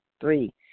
Three